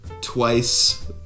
twice